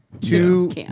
two